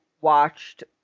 watched